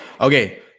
Okay